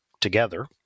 together